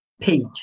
page